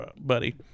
buddy